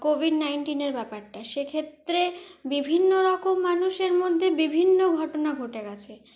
Covid নাইন্টিনের ব্যাপারটা সে ক্ষেত্রে বিভিন্ন রকম মানুষের মধ্যে বিভিন্ন ঘটনা ঘটে গিয়েছে